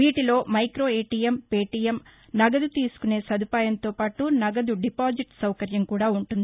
వీటిలో micro ATM Paytm నగదు తీసుకునే సదుపాయంతోపాటు నగదు డిపాజిట్ సౌకర్యం కూడా ఉంటుంది